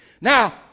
Now